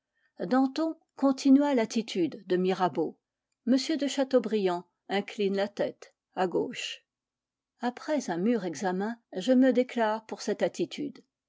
danton continua l'attitude de mirabeau m de chateaubriand incline la tête à gauche après un mûr examen je me déclare pour cette attitude